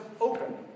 open